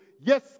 Yes